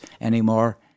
anymore